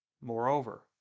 Moreover